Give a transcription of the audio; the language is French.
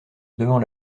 devant